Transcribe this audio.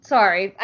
Sorry